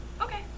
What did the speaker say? Okay